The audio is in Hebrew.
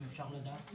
אם אפשר לדעת?